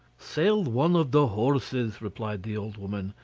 sell one of the horses, replied the old woman.